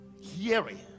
hearing